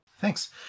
thanks